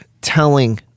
telling